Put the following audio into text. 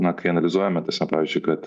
na kai analizuojame ta prasme pavyzdžiui kad